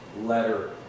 letter